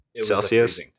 Celsius